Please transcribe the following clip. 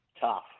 tough